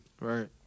Right